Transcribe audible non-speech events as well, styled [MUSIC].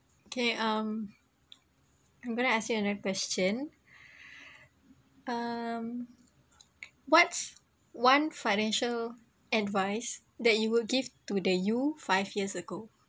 okay um I'm going to ask you another question [BREATH] um what's one financial advice that you will give to the you five years ago